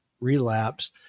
relapse